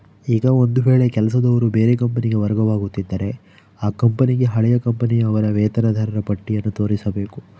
ಈಗ ಒಂದು ವೇಳೆ ಕೆಲಸದವರು ಬೇರೆ ಕಂಪನಿಗೆ ವರ್ಗವಾಗುತ್ತಿದ್ದರೆ ಆ ಕಂಪನಿಗೆ ಹಳೆಯ ಕಂಪನಿಯ ಅವರ ವೇತನದಾರರ ಪಟ್ಟಿಯನ್ನು ತೋರಿಸಬೇಕು